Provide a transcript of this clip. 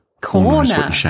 Corner